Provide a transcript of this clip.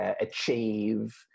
achieve